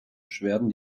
beschwerden